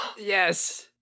Yes